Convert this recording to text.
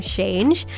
change